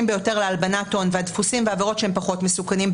ביותר להלבנת הון והדפוסים והעבירות שהם פחות מסוכנים,